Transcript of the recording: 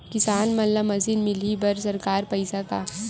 किसान मन ला मशीन मिलही बर सरकार पईसा का?